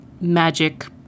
magic